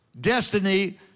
destiny